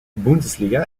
bundesliga